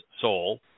soul